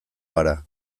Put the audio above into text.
gara